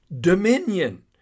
dominion